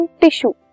tissue